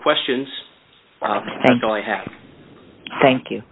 questions thank you